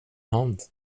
hand